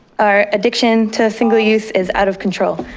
our addiction to single-use is out of control.